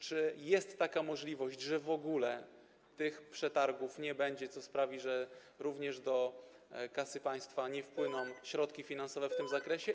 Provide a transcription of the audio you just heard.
Czy jest taka możliwość, że w ogóle tych przetargów nie będzie, co sprawi, że również do kasy państwa nie wpłyną środki finansowe w tym zakresie?